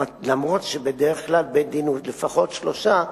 אף שבדרך כלל בית-דין הוא לפחות שלושה,